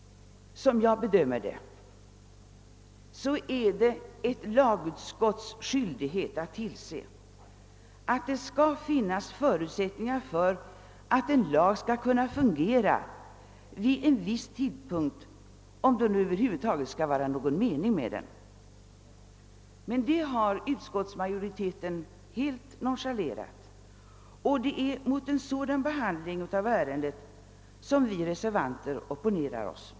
Jag anser det vara ett lagutskotts skyldighet att tillse, att det finns förutsättningar för att en lag skall kunna fungera vid en viss tidpunkt, om det över huvud taget skall vara någon mening med den. Men det har utskottsmajoriteten helt nonchalerat. Det är mot en sådan behandling av ärendet vi reservanter opponerar OSS.